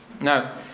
Now